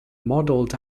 modeled